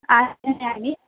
आनयामि